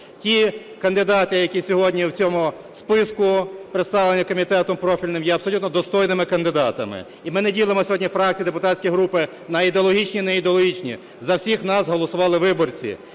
Ті кандидати, які сьогодні в цьому списку, представлені комітетом профільним є абсолютно достойними кандидатами. І ми не ділимо сьогодні фракції, депутатські групи на ідеологічні і неідеологічні. За всіх голосували виборці.